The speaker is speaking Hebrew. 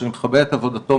שאני מכבד את עבודתו,